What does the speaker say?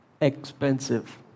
expensive